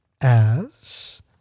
as